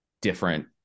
different